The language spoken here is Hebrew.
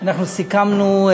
סיכמנו,